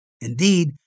Indeed